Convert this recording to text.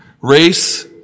race